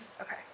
Okay